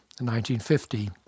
1950